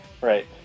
Right